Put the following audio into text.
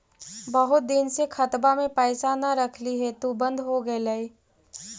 बहुत दिन से खतबा में पैसा न रखली हेतू बन्द हो गेलैय?